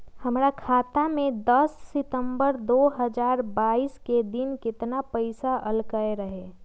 हमरा खाता में दस सितंबर दो हजार बाईस के दिन केतना पैसा अयलक रहे?